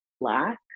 black